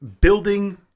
building